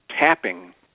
tapping